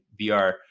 VR